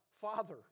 Father